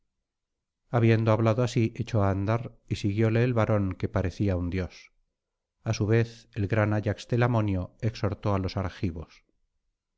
habiendo hablado así echó á andar y siguióle el varón que parecía un dios a su vez el gran ayax telamonio exhortó á los argivos